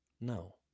no